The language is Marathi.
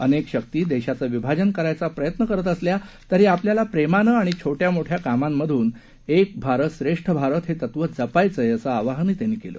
अनेक शक्ती देशाचं विभाजन करायचा प्रयत्न करत असल्या तरी आपल्याला प्रेमानं आणि छोट्या छोट्या कामांमधून एक भारत श्रेष्ठ भारत हे तत्व जपायचंय असं आवाहन त्यांनी केलं